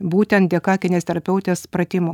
būtent dėka kineziterapeutės pratimų